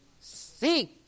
seek